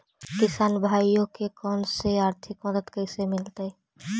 किसान भाइयोके कोन से आर्थिक मदत कैसे मीलतय?